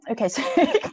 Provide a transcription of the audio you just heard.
Okay